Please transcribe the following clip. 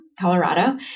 Colorado